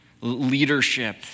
leadership